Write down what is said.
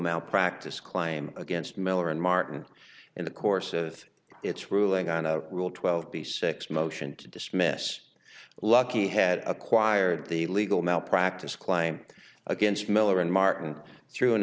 malpractise claim against miller and martin in the course of its ruling on a rule twelve b six motion to dismiss lucky had acquired the legal malpractise claim against miller and martin through an